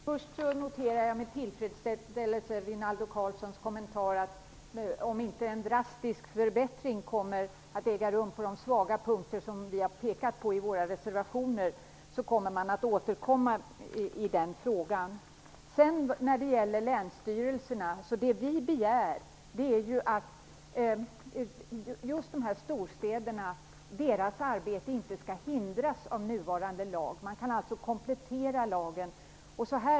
Herr talman! Först noterar jag med tillfredsställelse Rinaldo Karlssons kommentar om att man tänker återkomma om inte en drastisk förbättring äger rum på de svaga punkter som vi har pekat på i våra reservationer. När det sedan gäller länsstyrelserna begär vi just att det arbete som sker i storstäderna inte skall hindras av nuvarande lag. Man kan alltså komplettera lagen.